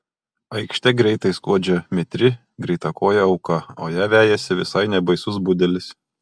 aikšte greitai skuodžia mitri greitakojė auka o ją vejasi visai nebaisus budelis